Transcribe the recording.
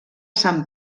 sant